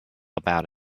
about